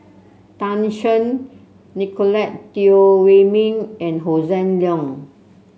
Tan Shen Nicolette Teo Wei Min and Hossan Leong